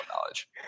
knowledge